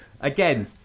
Again